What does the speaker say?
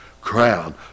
crown